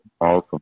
Awesome